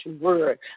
word